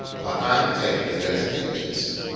but i'm taking it as an agency.